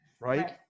right